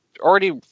already